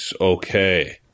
Okay